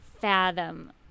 fathom